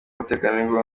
umutekano